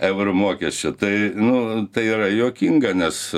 eurų mokesčio tai nu tai yra juokinga nes